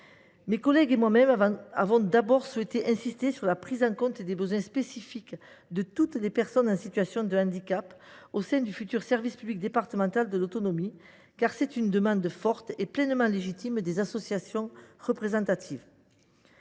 Mes collègues et moi même avons d’abord souhaité insister sur la prise en compte des besoins spécifiques de toutes les personnes en situation de handicap au sein du futur service public départemental de l’autonomie, demande forte et pleinement légitime des associations représentatives.